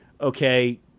okay